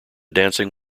dancing